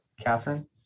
Catherine